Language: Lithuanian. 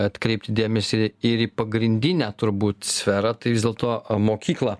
atkreipti dėmesį ir į pagrindinę turbūt sferą tai vis dėlto mokyklą